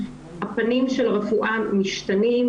הפנים של הרפואה משתנים,